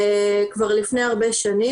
כבר לפני הרבה שנים.